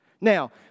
Now